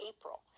April